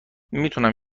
میتونم